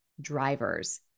drivers